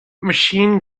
machine